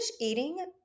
eating